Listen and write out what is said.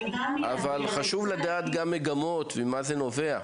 חשוב לדעת מגמות וממה זה נובע.